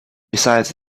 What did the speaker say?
besides